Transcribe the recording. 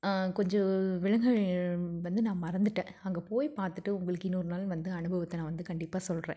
கொஞ்சம் விலங்குகள் வந்து நான் மறந்துவிட்டேன் அங்கே போய் பார்த்துட்டு உங்களுக்கு இன்னொரு நாள் வந்து அனுபவத்தை நான் வந்து கண்டிப்பாக சொல்கிறேன்